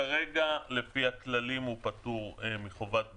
כרגע מבחינת הכללים הוא פטור מחובת בידוד.